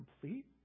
complete